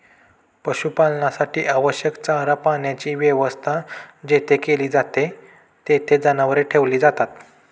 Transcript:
पशुपालनासाठी आवश्यक चारा पाण्याची व्यवस्था जेथे केली जाते, तेथे जनावरे ठेवली जातात